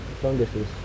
Funguses